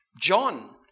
John